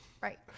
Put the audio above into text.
Right